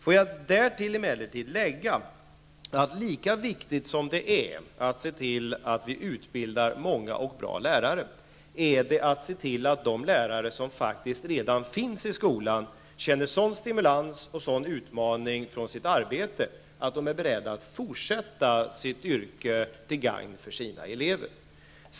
Får jag därtill emellertid lägga att lika viktigt som det är att se till att vi utbildar många och bra lärare är det att se till att de lärare som faktiskt redan finns i skolan känner sådan stimulans och utmaning i sitt arbete, att de är beredda att fortsätta sitt yrke till gagn för sina elever.